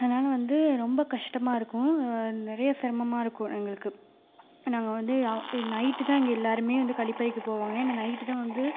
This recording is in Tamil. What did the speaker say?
அதனால் வந்து ரொம்ப கஷ்டமாக இருக்கும் நிறையா சிரமமாக இருக்கும் எங்களுக்கு நாங்கள் வந்து அ எ நைட்டு தான் அங்கே எல்லாருமே வந்து கழிப்பறைக்கு போவாங்க ஏன்னா நைட்டு தான் வந்து